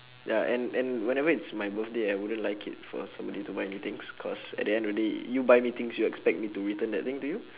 ya and and whenever it's my birthday I wouldn't like it for somebody to buy me things cause at the end of day really you buy me things you expect me to return that thing to you